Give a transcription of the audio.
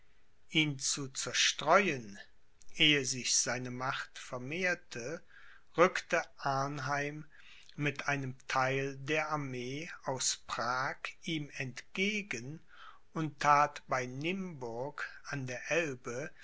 ihn zu zerstreuen ehe sich seine macht vermehrte rückte arnheim mit einem theil der armee aus prag ihm entgegen und that bei nimburg an der elbe